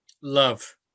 love